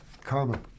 karma